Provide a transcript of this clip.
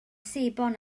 sebon